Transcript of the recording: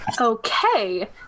Okay